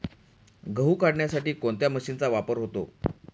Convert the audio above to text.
गहू काढण्यासाठी कोणत्या मशीनचा वापर होतो?